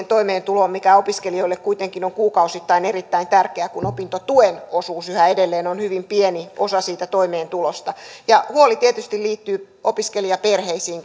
toimeentuloon mikä opiskelijoille kuitenkin on kuukausittain erittäin tärkeä kun opintotuen osuus yhä edelleen on hyvin pieni osa siitä toimeentulosta huoli tietysti liittyy opiskelijaperheisiin